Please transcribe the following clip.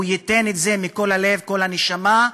הוא ייתן את זה מכל הלב, כל הנשמה,